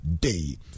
day